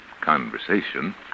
conversation